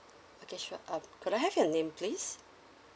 okay sure um could I have your name please